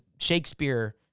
Shakespeare